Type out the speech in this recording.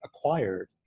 acquired